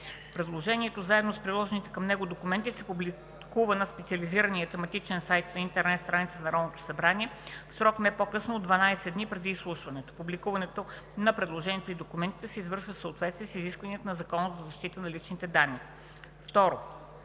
Предложението заедно с приложените към него документи се публикува на специализирания тематичен сайт на интернет страницата на Народното събрание в срок не по-късно от 12 дни преди изслушването. Публикуването на предложението и документите се извършва в съответствие с изискванията на Закона за защита на личните данни.